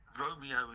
Romeo